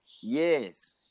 yes